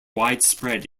widespread